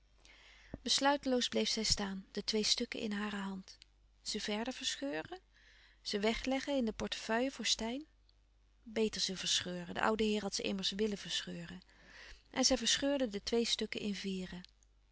besluiteloos bleef zij staan de twee stukken in hare hand ze verder verscheuren ze wegleggen in de portefeuille voor steyn beter ze verscheuren de oude heer had ze immers willen verscheuren louis couperus van oude menschen de dingen die voorbij gaan en zij verscheurde de twee stukken in vieren